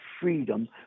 freedom